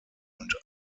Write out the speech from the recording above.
und